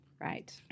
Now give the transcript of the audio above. Right